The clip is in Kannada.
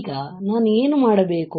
ಈಗ ನಾನು ಏನು ಮಾಡಬೇಕು